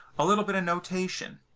a little bit of notation.